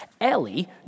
Ellie